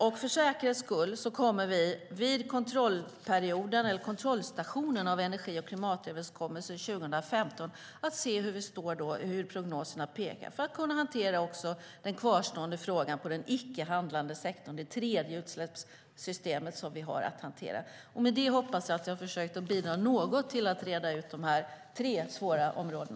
För säkerhets skull kommer vi vid kontrollstationen för energi och klimatöverenskommelsen 2015 att se hur vi står då och åt vilket håll prognoserna pekar för att kunna hantera också den kvarstående frågan på den icke-handlande sektorn, det tredje utsläppssystemet som vi har att hantera. Med detta hoppas jag att jag har bidragit något till att reda ut dessa tre svåra områden.